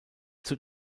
zur